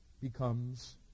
becomes